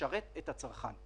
לשרת את הצרכן.